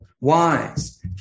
wise